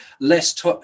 less